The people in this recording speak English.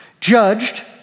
judged